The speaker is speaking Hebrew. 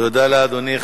תקנות בעניין זה,